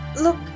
Look